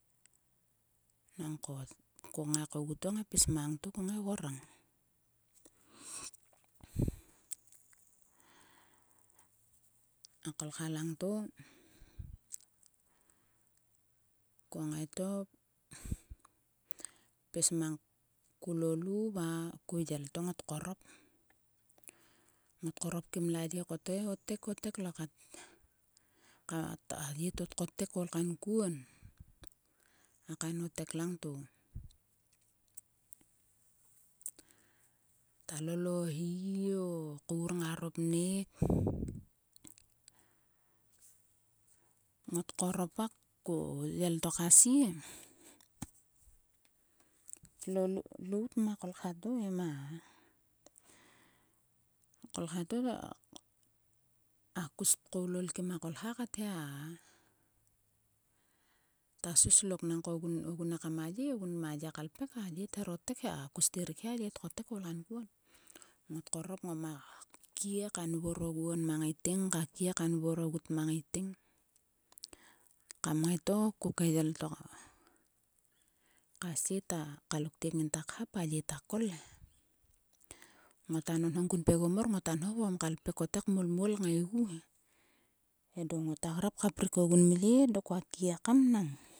Nangko, ko ngai kogu to ngai pis mang to kngai gorang. Ma kolkha langto. ko ngai to, pis mang kol lo lu va ko yel to ngot korop. Ngot korop kim a ye ko tngai otek. otek lokat. Ka a ye to tkotek ol kankuon. A kain otek langto. Ta lol o hi o kour ngaro pnek. Ngot korop va ko yel to ka sie. Tlo lout ma kolkha to e. Ma kolkha to a kus tkoulol kim a kolkha kat he a. Ta soslok nangko ogun ekam a ye ogun ma ye ka lpek. A ye ther otek he. A kus tirik he a ye tkotek koul kankuon. Ngot korop ngoma kie ka nvor oguon ma ngaiting. Ka kie ka nvor oguon ma ngaiting. Kam ngai to ko ke yel to ka sie. Kalo ktiek ta khap. a ye to kol he. Ngota nonhong kun pegom mor. Ngota nho. ngota vokom ka ipek ko te kmolmol kngaigu he. Endo ngota grap ka prik ogun mhe. Dok koa kie ekam nang.